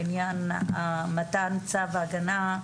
בעניין מתן צו הגנה,